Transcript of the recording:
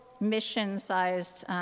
mission-sized